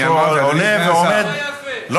רגע, לא יפה, אל תסית.